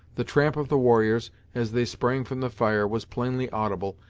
the tramp of the warriors, as they sprang from the fire, was plainly audible,